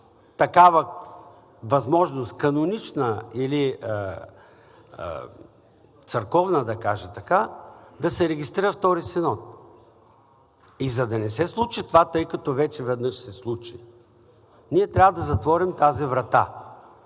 такава възможност, канонична или църковна, да кажа така, да се регистрира втори синод. И за да не се случи това, тъй като вече веднъж се случи, ние трябва да затворим тази врата.